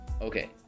Okay